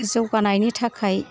जौगानायनि थाखाय